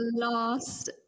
last